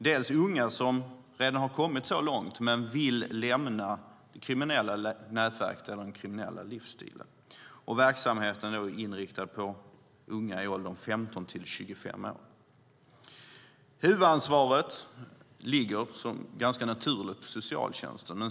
Det är också unga redan har kommit så långt men som vill lämna det kriminella nätverket eller den kriminella livsstilen. Verksamheten är inriktad på unga i åldern 15-25 år. Huvudansvaret ligger ganska naturligt på socialtjänsten.